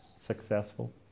successful